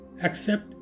accept